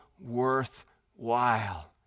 worthwhile